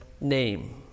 name